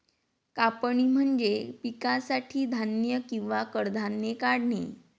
कापणी म्हणजे पिकासाठी धान्य किंवा कडधान्ये काढणे